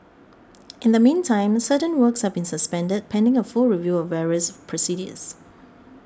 in the meantime certain works have been suspended pending a full review of various procedures